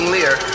Lear